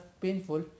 painful